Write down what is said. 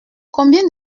combien